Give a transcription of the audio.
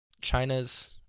China's